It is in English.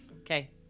Okay